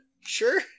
Sure